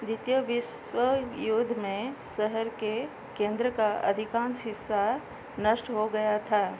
द्वितीय विश्व युद्ध में शहर के केन्द्र का अधिकांश हिस्सा नष्ट हो गया था